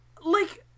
like-